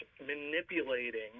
manipulating